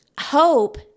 hope